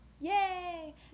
Yay